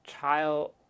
child